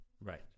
Right